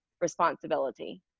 responsibility